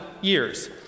years